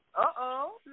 Uh-oh